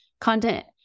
content